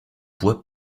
bois